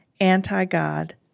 anti-God